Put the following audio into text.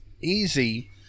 easy